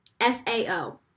S-A-O